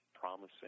promising